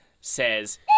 says